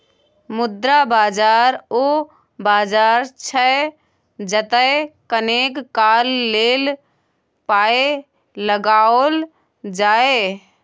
मुद्रा बाजार ओ बाजार छै जतय कनेक काल लेल पाय लगाओल जाय